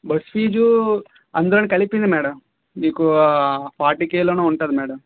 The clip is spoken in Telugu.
బస్సు ఫీసు అందులో కలిపే ఉంది మేడం మీకు ఫౌర్టీ కే లోనే ఉంటుంది మేడం